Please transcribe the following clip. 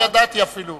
לא, בלי שידעתי אפילו